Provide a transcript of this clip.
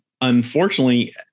unfortunately